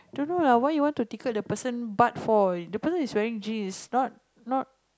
don't know lah why you want to tickle the person butt for the person is wearing jeans not not